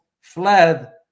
fled